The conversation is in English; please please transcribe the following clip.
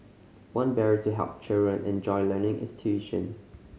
one barrier to helping children enjoy learning is tuition